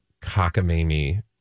cockamamie